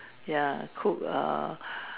ya cook err